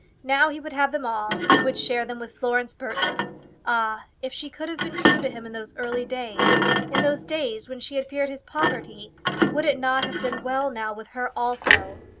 now he would have them all, and would share them with florence burton. ah if she could have been true to him in those early days in those days when she had feared his poverty would it not have been well now with her also?